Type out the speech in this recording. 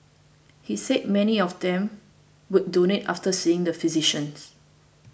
he said many of them would donate after seeing the physicians